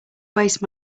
waste